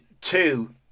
two